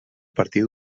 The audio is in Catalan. partir